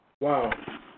Wow